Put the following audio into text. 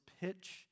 pitch